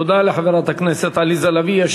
תודה לחברת הכנסת עליזה לביא.